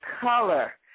color